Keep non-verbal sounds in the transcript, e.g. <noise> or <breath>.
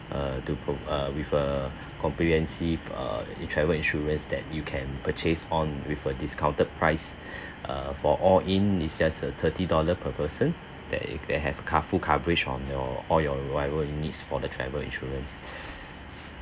err to pro~ err with a comprehensive err travel insurance that you can purchase on with a discounted price <breath> uh for all in it's just a thirty dollar per person that they have co~ full coverage on your all your whatever you needs for the travel insurance <breath>